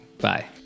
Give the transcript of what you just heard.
Bye